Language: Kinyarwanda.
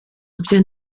ibyo